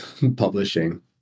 publishing